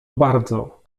bardzo